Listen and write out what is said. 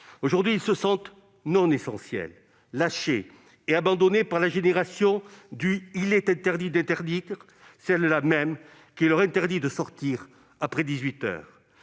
Aujourd'hui, ils se sentent non essentiels, lâchés et abandonnés par la génération du « Il est interdit d'interdire », celle-là même qui leur interdit de sortir après dix-huit heures.